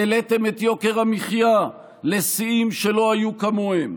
העליתם את יוקר המחיה לשיאים שלא היו כמוהם,